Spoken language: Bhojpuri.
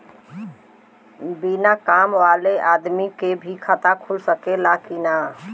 बिना काम वाले आदमी के भी खाता खुल सकेला की ना?